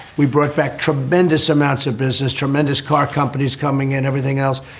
we brought back tremendous amounts of business, tremendous car companies coming in, everything else.